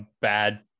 bad